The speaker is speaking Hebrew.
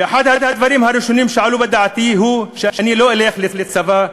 ואחד הדברים הראשונים שעלו בדעתי הוא שאני לא אלך לצבא,